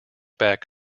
back